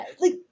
like-